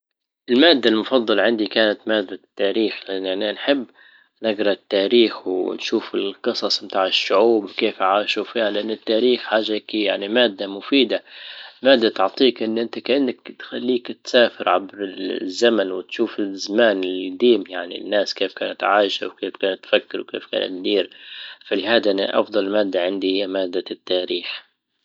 المادة المفضلة عندي كانت مادة التاريخ لان انا نحب نجرا التاريخ ونشوف القصص بتاع الشعوب كيف عاشوا فيها لأن التاريخ حاجة كيـ- يعني مادة مفيدة مادة تعطيك ان انت كأنك تخليك تسافر عبر الزمن وتشوف الزمان الجديم يعني الناس كانت عايشة وكيف كانت تفكر وكيف كانت تدير فلهذا انا افضل مادة عندي هي مادة التاريخ